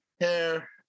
hair